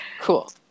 Cool